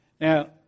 Now